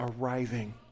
arriving